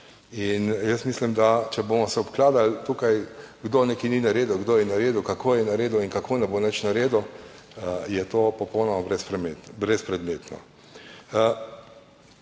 pereč. Mislim, da če se bomo obkladali tukaj, kdo nečesa ni naredil, kdo je naredil, kako je naredil in kako ne bo nič naredil, je to popolnoma brezpredmetno.